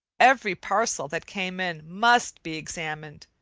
every parcel that came in must be examined,